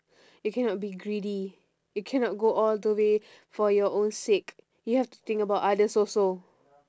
you cannot be greedy you cannot go all the way for your own sake you have to think about others also